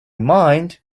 mind